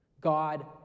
God